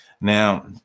Now